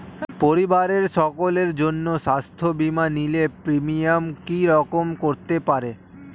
পরিবারের সকলের জন্য স্বাস্থ্য বীমা নিলে প্রিমিয়াম কি রকম করতে পারে?